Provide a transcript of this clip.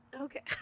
Okay